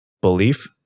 belief